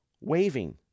waving